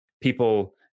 people